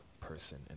person